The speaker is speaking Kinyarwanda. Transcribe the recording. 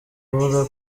avuga